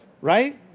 right